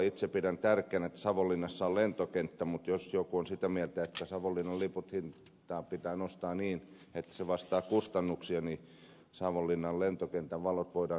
itse pidän tärkeänä että savonlinnassa on lentokenttä mutta jos joku on sitä mieltä että savonlinnan lipun hintaa pitää nostaa niin että se vastaa kustannuksia niin savonlinnan lentokentän valot voidaan sammuttaa